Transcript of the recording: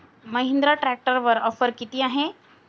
महिंद्रा ट्रॅक्टरवर ऑफर किती आहे?